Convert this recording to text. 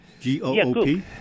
G-O-O-P